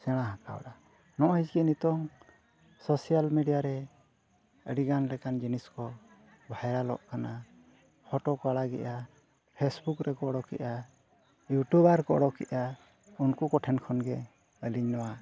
ᱥᱮᱬᱟ ᱠᱟᱣᱫᱟ ᱱᱚᱜᱼᱚᱭ ᱠᱤ ᱱᱤᱛᱳᱜ ᱨᱮ ᱟᱹᱰᱤᱜᱟᱱ ᱞᱮᱠᱟᱱ ᱡᱤᱱᱤᱥ ᱠᱚ ᱼᱚᱜ ᱠᱟᱱᱟ ᱠᱚ ᱟᱲᱟᱜᱮᱫᱼᱟ ᱨᱮᱠᱚ ᱩᱰᱩᱠᱮᱫᱼᱟ ᱠᱚ ᱩᱰᱩᱠᱮᱫᱼᱟ ᱩᱱᱠᱩ ᱠᱚᱴᱷᱮᱱ ᱠᱷᱚᱱᱜᱮ ᱟᱹᱞᱤᱧ ᱱᱚᱣᱟ